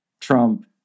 Trump